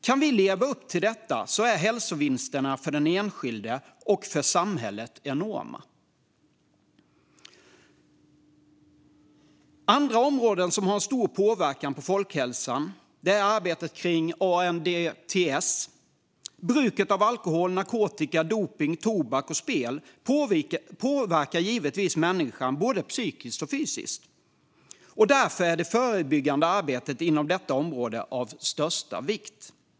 Kan vi leva upp till detta är hälsovinsterna för den enskilde och för samhället enorma. Ett annat område som har stor påverkan på folkhälsan är arbetet kring ANDTS. Bruket av alkohol, narkotika, dopning, tobak och spel påverkar givetvis människan både psykiskt och fysiskt, och därför är det förebyggande arbetet inom detta område av största vikt.